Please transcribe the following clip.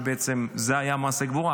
ובעצם זה היה מעשה גבורה.